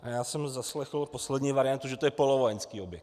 A já jsem zaslechl poslední variantu, že to je polovojenský objekt.